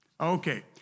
Okay